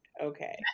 Okay